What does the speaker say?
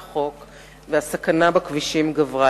לכך שהסכנה בכבישים גברה.